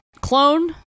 clone